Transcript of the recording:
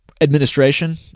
administration